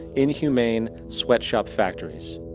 inhuman sweetshop-factorys,